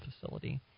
facility